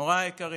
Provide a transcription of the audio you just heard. הוריי היקרים,